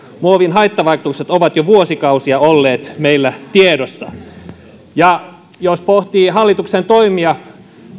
muovin haittavaikutukset ovat jo vuosikausia olleet meillä tiedossa jos pohtii hallituksen toimia